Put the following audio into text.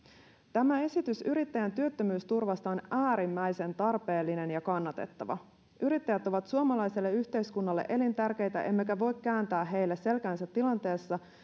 tämä esitys yrittäjän työttömyysturvasta on äärimmäisen tarpeellinen ja kannatettava yrittäjät ovat suomalaiselle yhteiskunnalle elintärkeitä emmekä voi kääntää heille selkäämme tilanteessa